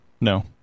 No